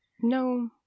No